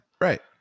Right